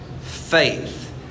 faith